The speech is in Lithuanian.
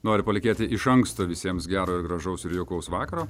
noriu palinkėti iš anksto visiems gero ir gražaus ir jaukaus vakaro